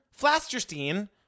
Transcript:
flasterstein